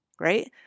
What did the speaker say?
right